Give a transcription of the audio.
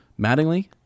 mattingly